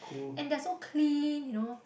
and they're so clean you know